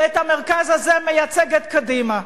ואת המרכז הזה מייצגת קדימה.